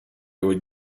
would